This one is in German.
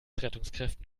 rettungskräften